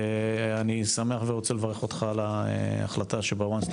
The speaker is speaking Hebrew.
אני שמח ורוצה לברך אותם על ההחלטה שב-"One Stop